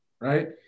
right